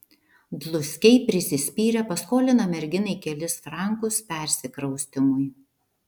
dluskiai prisispyrę paskolina merginai kelis frankus persikraustymui